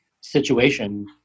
situation